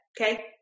Okay